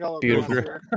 Beautiful